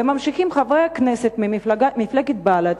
וממשיכים חברי הכנסת ממפלגת בל"ד,